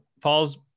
Paul's